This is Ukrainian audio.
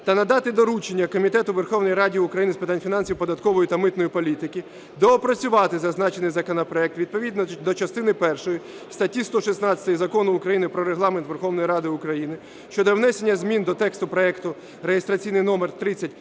та надати доручення Комітету Верховної Ради з питань фінансів, податкової та митної політики доопрацювати зазначений законопроект відповідно до частини першої статті 116 Закону України "Про Регламент Верховної Ради України" щодо внесення змін до тексту проекту (реєстраційний номер